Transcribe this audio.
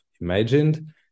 Imagined